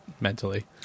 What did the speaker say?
mentally